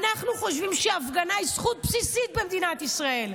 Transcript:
אנחנו חושבים שהפגנה היא זכות בסיסית במדינת ישראל.